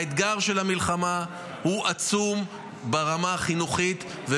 האתגר של המלחמה ברמה החינוכית הוא עצום,